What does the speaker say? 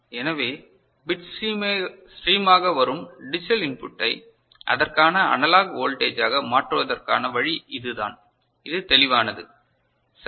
எனவே பிட் ஸ்ட்ரீமாக வரும் டிஜிட்டல் இன்புட்டை அதற்கான அனலாக் வோல்டேஜ்ஜாக மாற்றுவதற்கான வழி இதுதான் இது தெளிவானது சரி